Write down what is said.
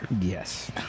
Yes